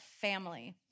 family